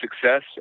success